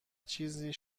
چیزی